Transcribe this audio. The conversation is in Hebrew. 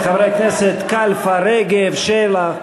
חברי הכנסת קלפה, רגב, שלח.